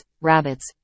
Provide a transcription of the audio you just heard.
rabbits